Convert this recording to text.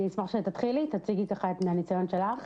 בבקשה.